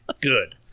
Good